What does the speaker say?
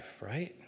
right